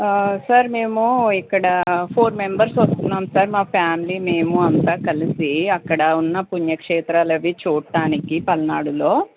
sir మేము ఇక్కడ four members వస్తున్నాం సార్ మా ఫ్యామిలీ మేము అంతా కలిసి అక్కడ ఉన్న పుణ్యక్షేత్రాలు అవి చూడడానికి తమిళ నాడులో